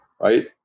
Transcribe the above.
right